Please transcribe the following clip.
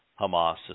Hamas